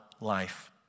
life